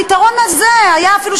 הפתרון הזה היה אפילו,